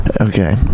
Okay